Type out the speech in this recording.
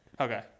Okay